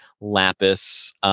lapis